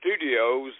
Studios